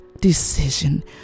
decision